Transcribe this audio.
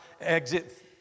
exit